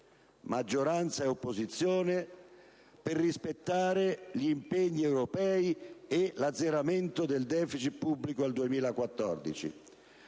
maggioranza ed opposizione, di voler rispettare gli impegni europei e l'azzeramento del deficit pubblico al 2014.